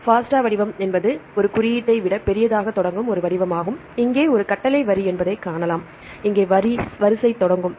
ஃபாஸ்டா வடிவம் என்பது ஒரு குறியீட்டை விட பெரியதாகத் தொடங்கும் ஒரு வடிவமாகும் இங்கே இது கட்டளை வரி என்பதைக் காணலாம் இங்கே வரிசை தொடங்கும்